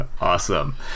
Awesome